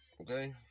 Okay